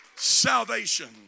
Salvation